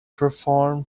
perform